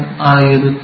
ಆಗಿರುತ್ತದೆ